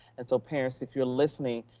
and so parents, if you're listening,